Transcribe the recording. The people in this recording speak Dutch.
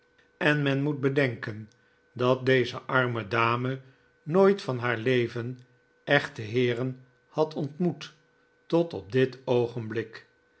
en men moet bedenken dat deze arme dame nooit van haar leven echte heeren had ontmoet tot op dit oogenblik